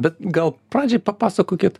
bet gal pradžiai papasakokit